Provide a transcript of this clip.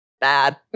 bad